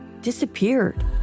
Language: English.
disappeared